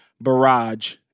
barrage